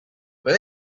but